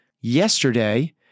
Yesterday